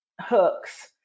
hooks